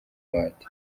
amabati